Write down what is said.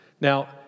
Now